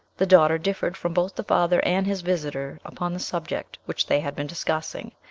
the daughter differed from both the father and his visitor upon the subject which they had been discussing,